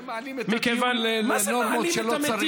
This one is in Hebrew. אתם מעלים את המתים, למרות שלא צריך.